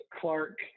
Clark